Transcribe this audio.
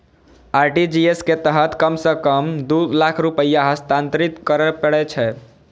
RTGS के तहत कम सं कम दू लाख रुपैया हस्तांतरित करय पड़ै छै